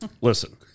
Listen